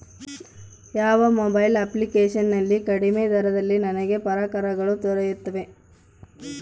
ಯಾವ mobile application ನಲ್ಲಿ ಕಡಿಮೆ ದರದಲ್ಲಿ ನನಗೆ ಪರಿಕರಗಳು ದೊರೆಯುತ್ತವೆ?